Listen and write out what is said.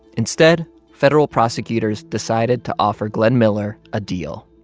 instead, federal prosecutors decided to offer glenn miller a deal.